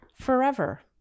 Forever